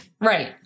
Right